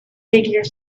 figure